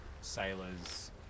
sailors